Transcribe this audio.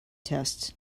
tests